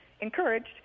encouraged